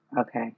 Okay